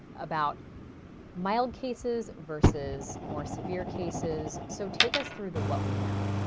about mild cases versus more severe cases. so take us through the what we know.